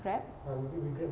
grab